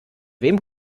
wem